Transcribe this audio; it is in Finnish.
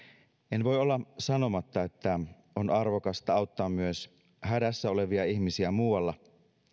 en voi olla sanomatta että on arvokasta auttaa myös hädässä olevia ihmisiä muualla